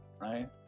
Right